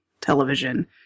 television